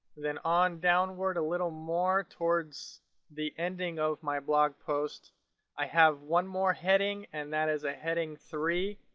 then on downward a little more towards the ending of my blog post i have one more heading and that is a heading three.